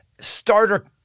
starter